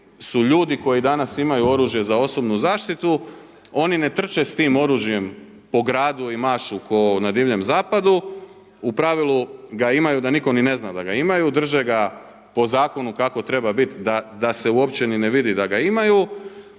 su ljudi koji danas imaju oružje za osobnu zaštitu. Oni ne trče s tim oružje po gradu i mašu kao na Divljem zapadu, u pravilu ga imaju da nitko ni ne zna da ga imaju, drže ga po zakonu kako treba bit da se uopće ni ne vidi da ga imaju